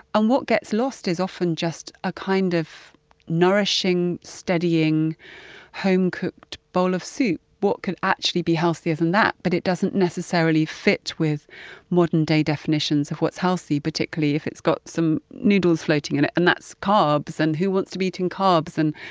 and what gets lost is often just a kind of nourishing, steadying home-cooked bowl of soup. what can actually be healthier than that? but, it doesn't necessarily fit with modern day definitions of what's healthy, particularly if it's got some noodles floating in it and that's carbs and who wants to be eating carbs? and